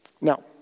Now